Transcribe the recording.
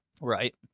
Right